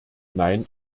nein